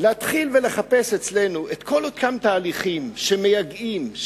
להתחיל לחפש אצלנו את כל אותם תהליכים שמייגעים,